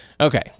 Okay